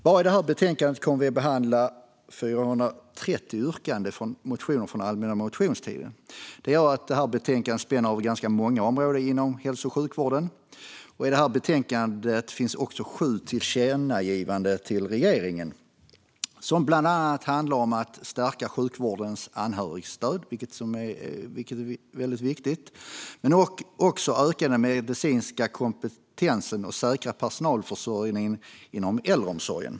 Bara i det här betänkandet behandlar vi 430 motionsyrkanden från allmänna motionstiden. Det gör att det spänner över ganska många områden inom hälso och sjukvården. I betänkandet finns förslag till sju tillkännagivanden till regeringen, som bland annat handlar om att stärka sjukvårdens anhörigstöd, vilket är väldigt viktigt, och också ökad medicinsk kompetens och säkrad personalförsörjning inom äldreomsorgen.